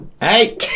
Hey